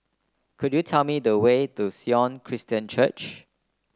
could you tell me the way to Sion Christian Church